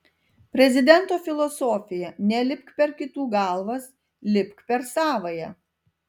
prezidento filosofija nelipk per kitų galvas lipk per savąją